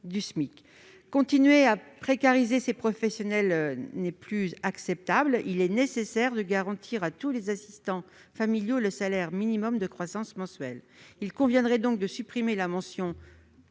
Continuer de précariser ces professionnels n'est pas acceptable ; il est nécessaire de garantir à tous les assistants familiaux le salaire minimum de croissance mensuel. C'est pourquoi il convient de supprimer la mention